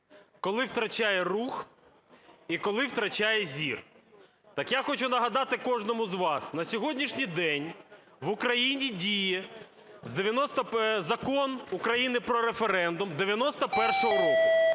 коли втрачає рух і коли втрачає зір. Так я хочу нагадати кожному з вас. На сьогоднішній день в Україні діє Закон України про референдум 91-го року.